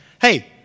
Hey